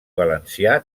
valencià